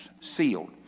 sealed